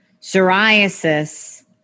psoriasis